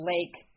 Lake